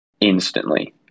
instantly